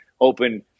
open